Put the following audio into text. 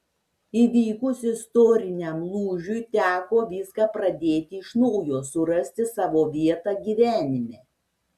įvykus istoriniam lūžiui teko viską pradėti iš naujo surasti savo vietą gyvenime